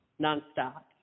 nonstop